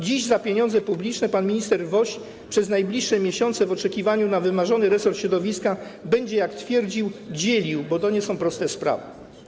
A więc za pieniądze publiczne pan minister Woś przez najbliższe miesiące w oczekiwaniu na wymarzony resort środowiska będzie, jak twierdził, dzielił, bo to nie są proste sprawy.